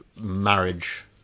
marriage